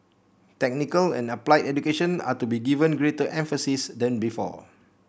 technical and applied education are to be given greater emphasis than before